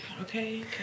Okay